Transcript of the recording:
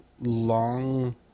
long